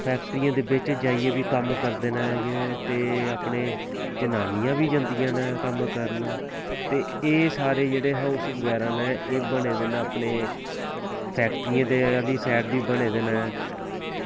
फैक्ट्रियें दे बिच्च जाइयै बी कम्म करदे न ते अपने जनानियां बी जंदियां न कम्म करन ते एह् सारे जेह्ड़े हाऊस बगैरा न एह् बने दे अपने फैक्ट्रियें दे आह्ली साईड बी बने दे न